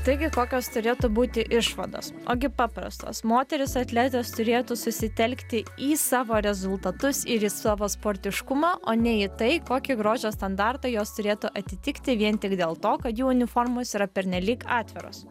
taigi kokios turėtų būti išvados o gi paprastos moterys atletės turėtų susitelkti į savo rezultatus ir į savo sportiškumą o ne į tai kokį grožio standartą jos turėtų atitikti vien tik dėl to kad jų uniformos yra pernelyg atviros